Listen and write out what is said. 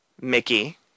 Mickey